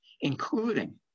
including